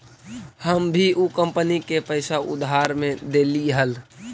हम भी ऊ कंपनी के पैसा उधार में देली हल